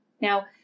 Now